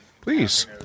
Please